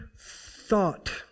thought